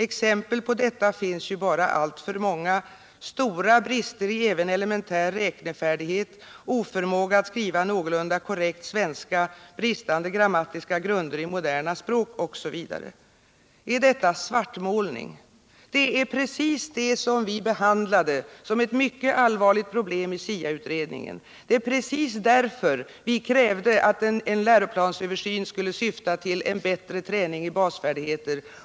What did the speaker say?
Exempel på detta finns bara alltför många: stora brister i även elementär räknefärdighet, oförmåga att skriva någorlunda korrekt svenska, bristande grammatiska grunder i moderna språk osv. Det är precis detta som vi i SIA utredningen behandlade som ett mycket allvarligt problem, det är precis därför som vi krävde att en läroplansöversyn skulle syfta till en bättre träning i basfärdigheter.